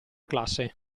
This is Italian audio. classe